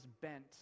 bent